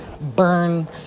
burn